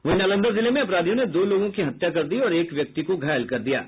वहीं नालंदा जिले में अपराधियों ने दो लोगों की हत्या कर दी और एक व्यक्ति को घायल कर दिया है